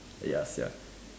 eh ya sia